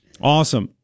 Awesome